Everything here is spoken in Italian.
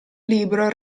libro